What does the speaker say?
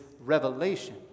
revelation